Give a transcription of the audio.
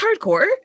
hardcore